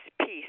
peace